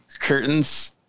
curtains